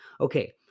okay